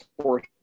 fourth